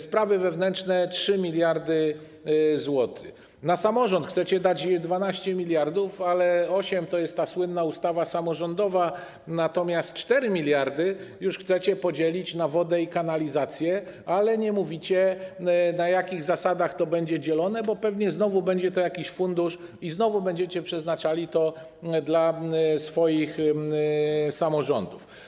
Sprawy wewnętrzne to 3 mld zł, na samorząd chcecie dać 12 mld zł, ale 8 mld zł to jest ta słynna ustawa samorządowa, natomiast 4 mld zł chcecie podzielić na wodę i kanalizację, ale nie mówicie, na jakich zasadach to będzie dzielone, bo pewnie znowu będzie to jakiś fundusz i znowu przeznaczycie to dla swoich samorządów.